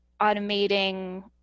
automating